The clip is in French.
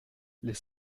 les